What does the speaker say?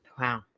Wow